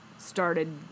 started